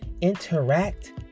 interact